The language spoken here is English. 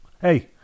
hey